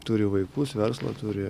turi vaikus verslą turi